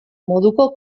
moduko